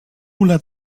let